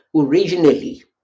Originally